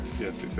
yes